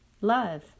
love